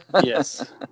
Yes